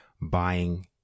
buying